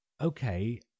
okay